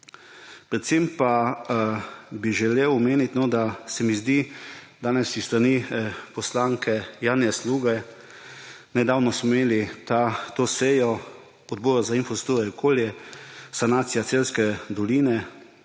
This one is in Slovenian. Predvsem pa bi želel omeniti, da se mi zdi danes s strani poslanke Janja Sluga – nedavno smo imeli sejo odbora za infrastrukturo, sanacija celjske doline.